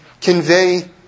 convey